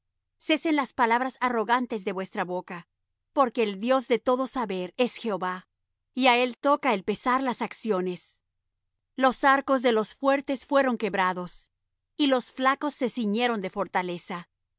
cesen las palabras arrogantes de vuestra boca porque el dios de todo saber es jehová y á él toca el pesar las acciones los arcos de los fuertes fueron quebrados y los flacos se ciñeron de fortaleza